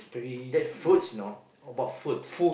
that fruits you know what about food